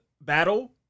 battle